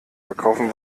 verkaufen